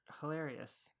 Hilarious